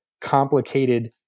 complicated